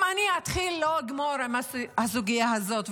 אם אני אתחיל, אני לא אגמור עם הסוגיה הזאת.